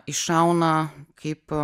iššauna kaip